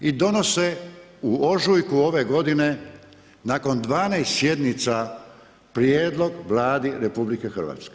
I donose u ožujku ove godine, nakon 12 sjednica Prijedlog Vladi RH.